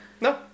No